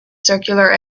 circular